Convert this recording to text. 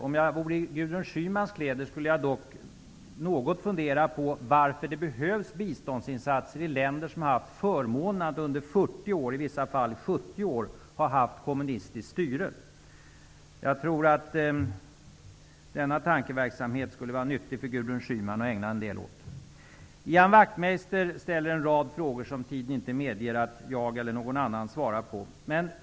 Om jag vore i Gudrun Schymans kläder, skulle jag dock något fundera på varför det behövs biståndsinsatser i länder som har haft förmånen att under 40 år, i vissa fall 70 år, ha kommunistiskt styre. Jag tror att denna tankeverksamhet skulle vara nyttig för Gudrun Schyman att ägna sig åt. Ian Wachtmeister ställer en rad frågor som tiden inte medger att jag eller någon annan svarar på.